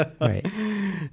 Right